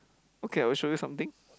okay I will show you something